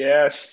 Yes